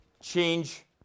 change